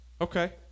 okay